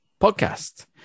podcast